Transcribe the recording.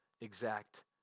exact